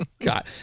God